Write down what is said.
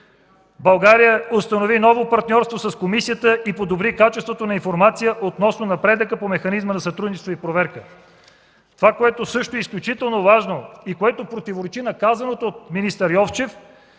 България установи ново партньорство с Комисията и подобри качеството на информация относно напредъка по механизма на сътрудничество и проверка.” Това, което е изключително важно и което противоречи на казаното от министър Йовчев,